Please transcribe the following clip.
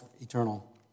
eternal